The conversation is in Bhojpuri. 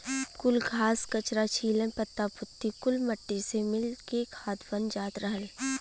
कुल घास, कचरा, छीलन, पत्ता पुत्ती कुल मट्टी से मिल के खाद बन जात रहल